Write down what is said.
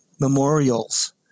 memorials